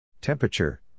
Temperature